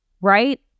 right